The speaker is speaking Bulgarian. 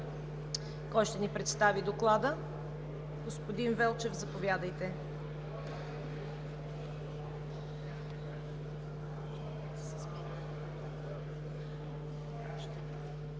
Кой ще ни представи доклада? Господин Велчев, заповядайте.